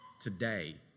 today